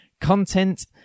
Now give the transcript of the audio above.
Content